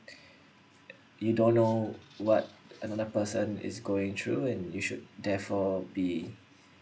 you don't know what another person is going through and you should therefore be